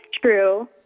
true